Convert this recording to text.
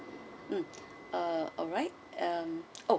mm ah alright um oh